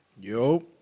Yo